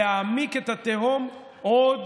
להעמיק את התהום עוד